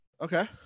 Okay